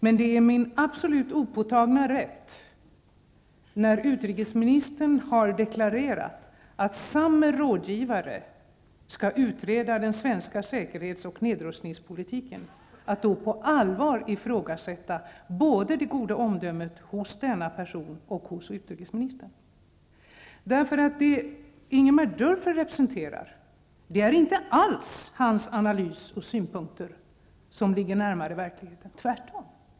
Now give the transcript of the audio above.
Men det är min absolut opåtagna rätt, när utrikesministern har deklarerat att samme rådgivare skall utreda den svenska säkerhets och nedrustningspolitiken, att på allvar ifrågasätta det goda omdömet både hos denna person och hos utrikesministern. Det som Ingemar Dörfer representerar är inte alls hans analys och synpunkter som ligger närmare verkligheten, tvärtom.